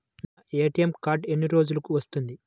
నా ATM card ఎన్ని రోజులకు వస్తుంది?